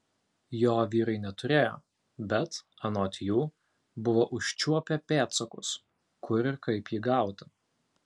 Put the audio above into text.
jo vyrai neturėjo bet anot jų buvo užčiuopę pėdsakus kur ir kaip jį gauti